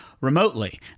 Remotely